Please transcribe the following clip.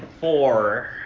four